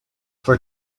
for